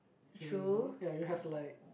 remember ya you have like